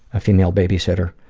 a female babysitter